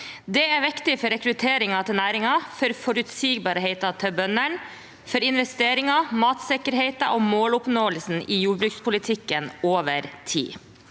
Det er viktig for rekrutteringen til næringen, forutsigbarheten til bøndene, investeringer, matsikkerheten og måloppnåelsen i jordbrukspolitikken over tid.